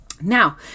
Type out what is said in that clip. Now